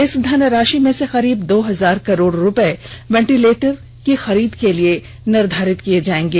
इस धनराशि में से करीब दो हजार करोड़ रुपये वेंटिलेटरों की खरीद के लिए निर्घारित किए जाएंगे